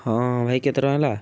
ହଁ ଭାଇ କେତେ ଟଙ୍କା ହେଲା